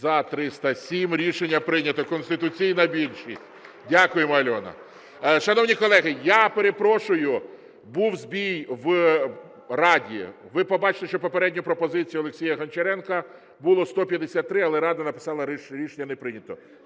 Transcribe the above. За-307 Рішення прийнято. Конституційна більшість. Дякуємо, Альона. Шановні колеги, я перепрошую, був збій в "Раді", ви побачите, що за попередню пропозицію Олексія Гончаренка було 153, але "Рада" написала: рішення не прийнято.